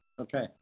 Okay